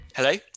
Hello